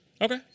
Okay